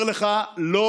אני אומר לך, לא פגשתי